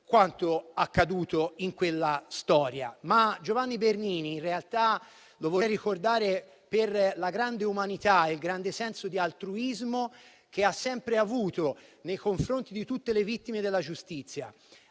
quanto accaduto in quella storia. Giovanni Bernini in realtà lo vorrei ricordare per la grande umanità e il grande senso di altruismo che ha sempre avuto nei confronti di tutte le vittime della giustizia.